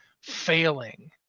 failing